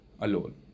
alone